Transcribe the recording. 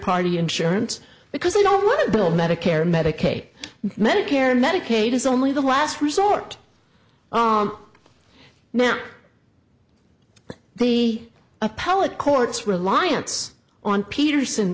party insurance because they don't want to build medicare medicaid medicare medicaid is only the last resort now the appellate court's reliance on peterson